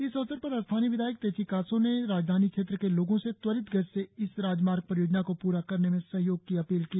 इस अवसर पर स्थानीय विधायक तेची कासो ने राजधानी क्षेत्र के लोगों से त्वरित गति से इस राजमार्ग परियोजना को प्रा करने में सहयोग की अपील की